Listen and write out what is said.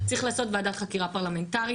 צריך לעשות וועדת חקירה פרלמנטרית,